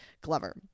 Glover